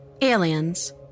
Aliens